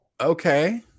Okay